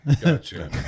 Gotcha